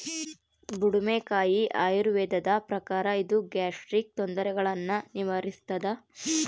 ಬುಡುಮೆಕಾಯಿ ಆಯುರ್ವೇದದ ಪ್ರಕಾರ ಇದು ಗ್ಯಾಸ್ಟ್ರಿಕ್ ತೊಂದರೆಗುಳ್ನ ನಿವಾರಿಸ್ಥಾದ